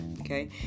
okay